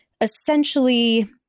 essentially